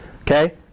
Okay